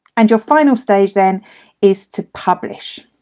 and your final stage then is to publish.